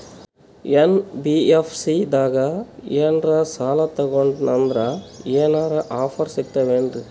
NBFC ದಾಗ ಏನ್ರ ಸಾಲ ತೊಗೊಂಡ್ನಂದರ ಏನರ ಆಫರ್ ಸಿಗ್ತಾವೇನ್ರಿ?